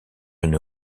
une